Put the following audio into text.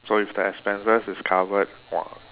so if the expenses is covered !wah!